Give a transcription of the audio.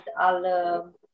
al